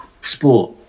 sport